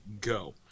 go